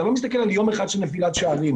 אתה לא מסתכל על יום אחד של נפילת שערים,